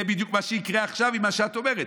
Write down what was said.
זה בדיוק מה שיקרה עכשיו עם מה שאת אומרת,